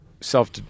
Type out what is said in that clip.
self